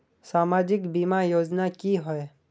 सामाजिक बीमा योजना की होय?